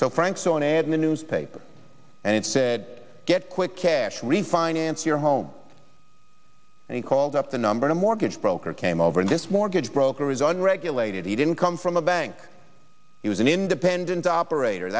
so frank so an admin used paper and it said get quick cash read finance your home and he called up the number a mortgage broker came over and this mortgage broker is unregulated he didn't come from a bank he was an independent operator